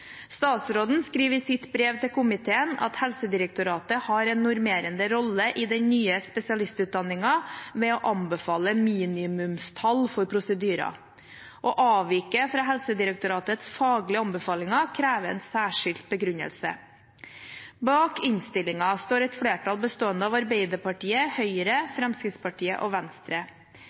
Statsråden skriver i sitt brev til komiteen at Helsedirektoratet har en normerende rolle i den nye spesialistutdanningen ved å anbefale minimumstall for prosedyrer. Å avvike fra Helsedirektoratets faglige anbefalinger krever en særskilt begrunnelse. Bak innstillingen står et flertall bestående av Arbeiderpartiet, Høyre, Fremskrittspartiet og Venstre.